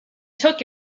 took